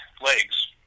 legs